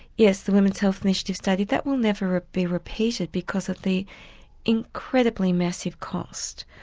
yes, the women's health initiative study that will never be repeated because of the incredibly massive cost.